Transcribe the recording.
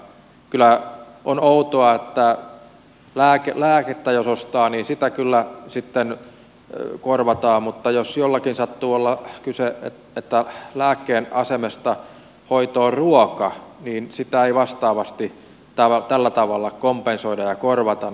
kyllä on outoa että lääkettä jos ostaa niin sitä kyllä sitten korvataan mutta jos jollakin sattuu olemaan kyse siitä että lääkkeen asemesta hoitona on ruoka niin sitä ei vastaavasti tällä tavalla kompensoida ja korvata